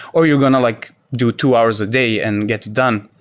or you're going to like do two hours a day and get done,